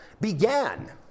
Began